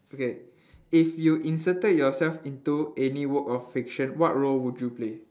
okay if you inserted yourself into any work of fiction what role would you play